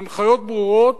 הנחיות ברורות